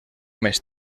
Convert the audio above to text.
més